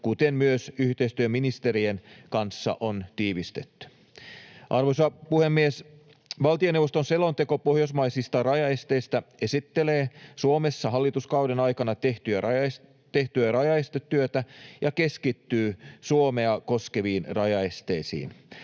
kuten myös yhteistyöministerien, kanssa on tiivistetty. Arvoisa puhemies! Valtioneuvoston selonteko pohjoismaisista rajaesteistä esittelee Suomessa hallituskauden aikana tehtyä rajaestetyötä ja keskittyy Suomea koskeviin rajaesteisiin.